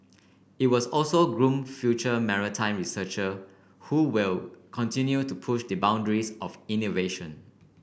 it will also groom future maritime researcher who will continue to push the boundaries of innovation